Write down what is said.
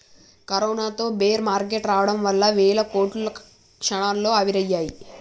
కరోనాతో bear market రావడం వల్ల వేల కోట్లు క్షణాల్లో ఆవిరయ్యాయి